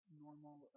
normal